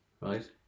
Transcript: right